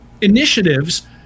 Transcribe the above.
initiatives